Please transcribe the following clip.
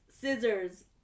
Scissors